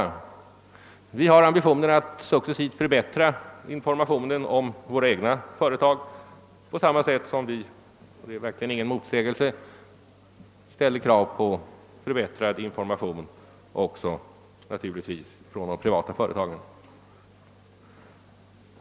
Vi har emellertid ambitionen att successivt förbättra informationen om statens egna företag, på samma sätt som vi — och däri ligger ingen motsägelse — ställer krav på förbättrad information också i de privata företagen.